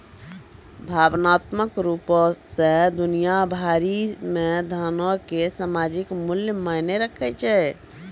भावनात्मक रुपो से दुनिया भरि मे धनो के सामयिक मूल्य मायने राखै छै